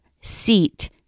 seat